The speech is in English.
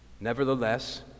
Nevertheless